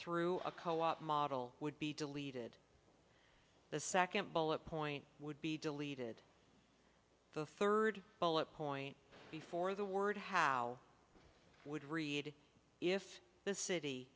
through a co op model would be deleted the second bullet point would be deleted the third bullet point before the word how would read if the city